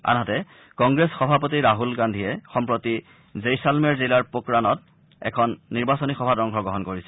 আনহাতে কংগ্ৰেছ সভাপতি ৰাহুল গান্ধীয়ে সম্প্ৰতি জেইচালমেৰ জিলাৰ পোকাৰানত এখন নিৰ্বাচনী সভাত অংশগ্ৰহণ কৰিছে